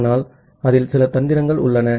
ஆனால் அதில் சில தந்திரங்கள் உள்ளன